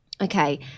Okay